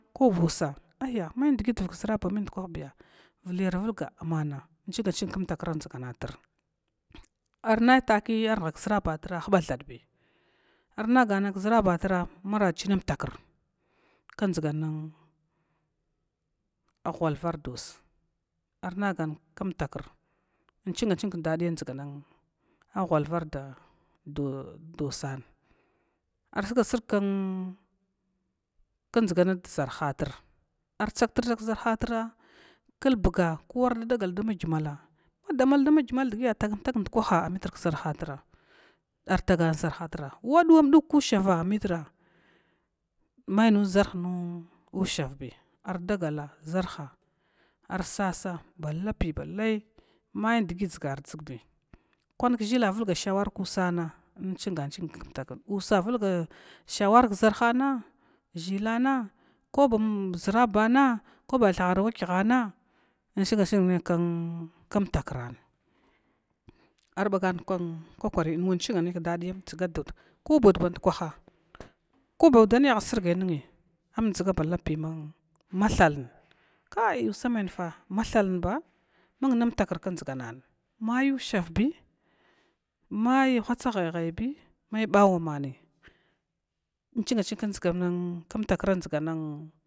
Koba usa aya me dgit vak ʒrabe me ndukwaya viyar vulga amma inching ching kmtakra dʒganat arnai taki ar nah kʒrabatr nuba thadbi amagana kʒrabatra ma chimam takra kdʒgan a ghalvar dus arnagan km takra inching ching kdadiya a ghalva and u san ar surga srg kdaya dʒgam dʒrahatr, at tsagtrstag kʒar hatra klbga ko ardaga dama gima la madamal lama gimal dgi an dag ndukwah ammitr kʒa rhatr, atsaga ʒarhatr wa duwa dug ku shava mitr kʒhartra ar mai ushavbi ar dagalaʒarhe asas ba lapiya balai mai dgi dʒgar dʒgbi kwa kʒhil vulga shawar kusan unching ching kum hakar usa vulg shwir kʒarhana ʒhilana ko be ʒrabana ko ba thuhawakyahna in srg asgnal kumtakaran, arbaga kwari inwa ching nai dadi dʒga dud kuba ud band kwah udan yaha surgai mungya an dʒga balapay mathalna kai usa manfa ma thanlba mung nun taka kdʒanan mai ushavbi ma whatsa haya haybi mai bawa bi